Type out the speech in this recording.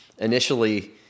Initially